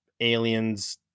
aliens